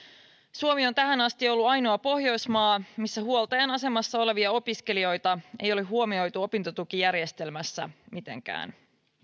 suomi on tähän asti ollut ainoa pohjoismaa missä huoltajan asemassa olevia opiskelijoita ei ole huomioitu opintotukijärjestelmässä mitenkään